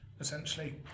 essentially